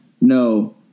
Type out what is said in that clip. no